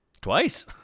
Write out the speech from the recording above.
twice